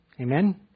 Amen